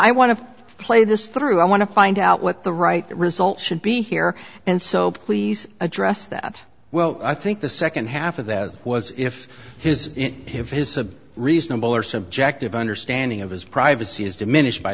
i want to play this through i want to find out what the right result should be here and so please address that well i think the second half of that was if his if his a reasonable or subjective understanding of his privacy is diminished by